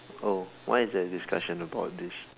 oh why is there a discussion about this